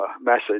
message